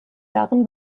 darin